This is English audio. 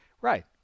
Right